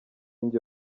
njye